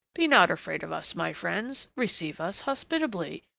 be not afraid of us, my friends! receive us hospitably.